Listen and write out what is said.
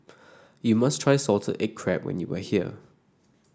you must try Salted Egg Crab when you are here